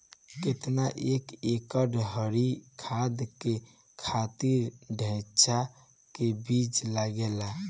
केतना एक एकड़ हरी खाद के खातिर ढैचा के बीज लागेला?